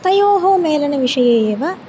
तयोः मेलनविषये एव